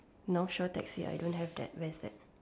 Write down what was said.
no show taxi I don't have that where is that